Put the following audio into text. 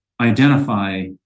identify